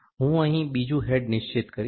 હું અહીં બીજું હેડ નિશ્ચિત કરીશ